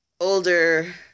older